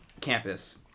campus